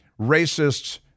racists